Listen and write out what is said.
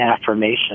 affirmation